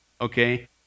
Okay